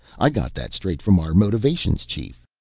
i got that straight from our motivations chief.